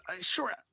sure